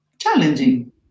challenging